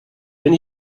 wenn